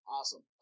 Awesome